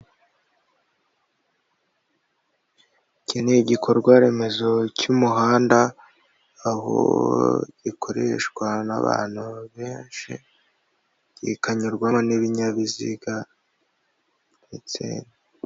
Iki ni igikorwa remezo cy'umuhanda aho gikoreshwa n'abantu benshi kikanyurwamo n'ibinyabiziga ndetse.